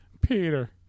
Peter